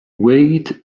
weight